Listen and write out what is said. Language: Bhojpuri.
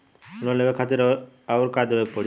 लोन लेवे खातिर अउर का देवे के पड़ी?